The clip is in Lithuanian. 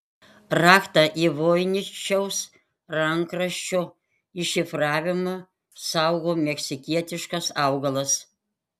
raktą į voiničiaus rankraščio iššifravimą saugo meksikietiškas augalas